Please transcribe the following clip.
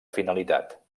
finalitat